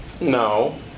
No